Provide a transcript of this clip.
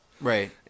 Right